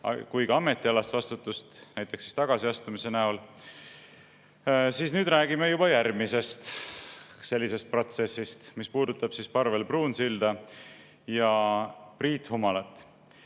kui ka ametialast vastutust näiteks kellegi tagasiastumise näol. Nüüd räägime juba järgmisest sellisest protsessist, mis puudutab Parvel Pruunsilda ja Priit Humalat.